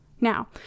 Now